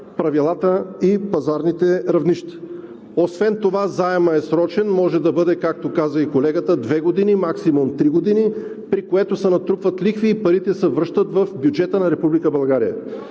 правилата и пазарните равнища. Освен това заемът е срочен – може да бъде, както каза и колегата, две години, максимум три години, при което се натрупват лихви и парите се връщат в бюджета на